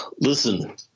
Listen